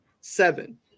Seven